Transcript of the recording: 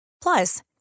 Plus